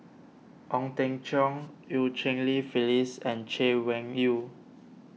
Ong Teng Cheong Eu Cheng Li Phyllis and Chay Weng Yew